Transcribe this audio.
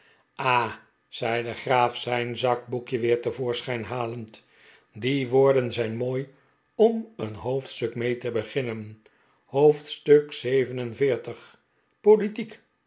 ah zei de graaf zijn zakboekje weer te voorschijn halend die woorden zijn mooi om een hoofdstuk mee te beginnen hoofdstuk zeven en veertig politiek